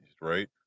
Right